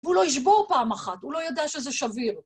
והוא לא ישבור פעם אחת, הוא לא יודע שזה שביר.